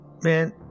Man